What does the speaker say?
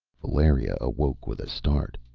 valeria awoke with a start,